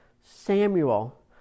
Samuel